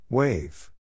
Wave